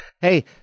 Hey